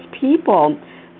people